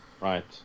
Right